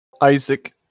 Isaac